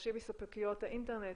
דורשים מספקיות האינטרנט